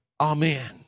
Amen